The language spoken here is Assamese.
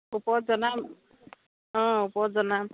ওপৰত জনাম অঁ ওপৰত জনাম